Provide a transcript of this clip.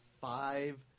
Five